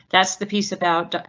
that's the piece about,